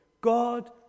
God